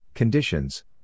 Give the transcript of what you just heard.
Conditions